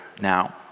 now